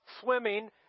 swimming